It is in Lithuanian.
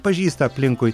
pažįsta aplinkui